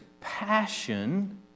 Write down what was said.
passion